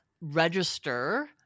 register